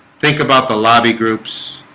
think about the lobby groups